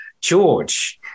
George